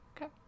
Okay